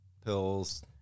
pills